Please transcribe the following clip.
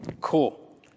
Cool